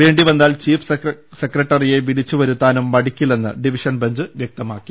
വേണ്ടിവന്നാൽ chief സെക്രട്ടറിയെ വിളിച്ചുവരുത്താനും മട്ടിക്കില്ലെന്ന് ഡിവിഷൻബെഞ്ച് വൃക്തമാക്കി